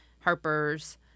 Harper's